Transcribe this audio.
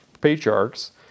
patriarchs